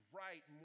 right